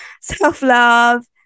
self-love